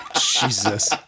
Jesus